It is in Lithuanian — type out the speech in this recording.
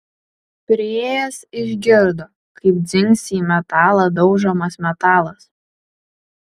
priėjęs išgirdo kaip dzingsi į metalą daužomas metalas